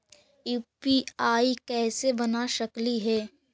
UPI कैसे बना सकली हे?